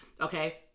okay